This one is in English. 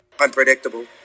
unpredictable